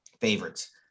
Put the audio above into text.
favorites